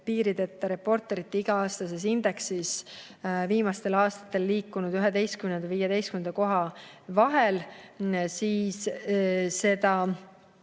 Piirideta Reporterite iga-aastases indeksis viimastel aastatel liikunud 11. ja 15. koha vahel –, siis meediat